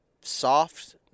soft